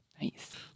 Nice